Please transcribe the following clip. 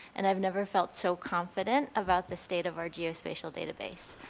and i've never felt so confident about the state of our geospatial database.